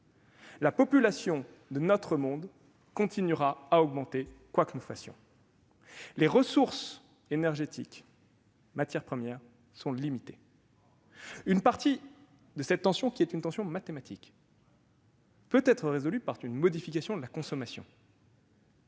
La population mondiale continuera à augmenter, quoi que nous fassions. Les ressources, énergie et matières premières, sont limitées. Une partie de cette tension, qui est d'ordre mathématique, peut être résolue par une modification de la consommation.